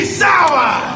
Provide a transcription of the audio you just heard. sour